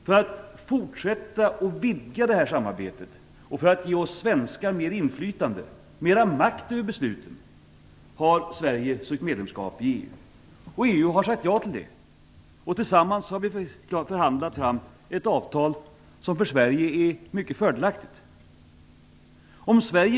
För att fortsätta att vidga detta samarbete och för att ge oss svenskar mer inflytande och mer makt över besluten har Sverige sökt medlemskap i EU. Och EU har sagt ja till det. Vi har tillsammans förhandlat fram ett avtal som är mycket fördelaktigt för Sverige.